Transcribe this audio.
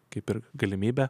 kaip ir galimybę